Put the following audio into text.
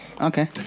Okay